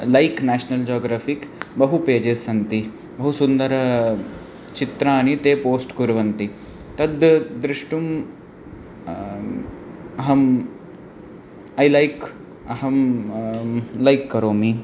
like National Geographic बहु pages सन्ति बहु सुन्दरचित्राणि ते पोस्ट् कुर्वन्ति तद् द्रष्टुं अहम् ऐ लैक् अहं लैक् करोमि